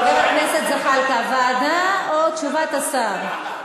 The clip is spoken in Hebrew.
חבר הכנסת זחאלקה, ועדה או תשובת השר?